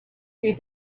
few